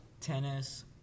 Tennis